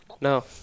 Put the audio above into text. No